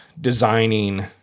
designing